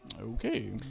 Okay